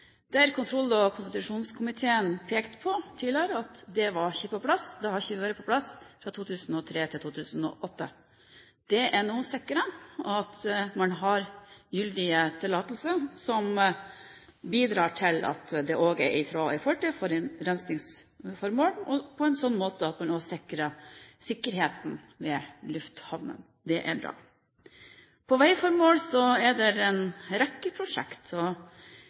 der kontroll- og konstitusjonskomiteen tidligere har pekt på at det ikke har vært på plass fra 2003 til 2008. Det er nå sikret at man har gyldige tillatelser, som bidrar til at det også er i tråd med forurensningsformål og på en sånn måte at en også sikrer sikkerheten ved lufthavnene. Det er bra. På vegformål er det en rekke